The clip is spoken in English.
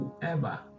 whoever